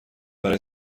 برای